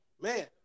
Man